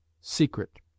Secret